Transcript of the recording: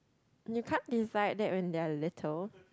you can't decide that when they are little